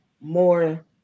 more